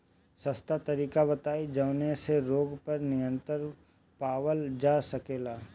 सस्ता तरीका बताई जवने से रोग पर नियंत्रण पावल जा सकेला?